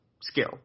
skill